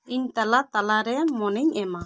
ᱤᱧ ᱛᱟᱞᱟ ᱛᱟᱞᱟ ᱨᱮ ᱢᱚᱱᱮᱧ ᱮᱢᱟ